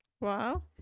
Wow